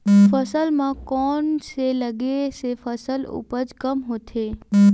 फसल म कोन से लगे से फसल उपज कम होथे?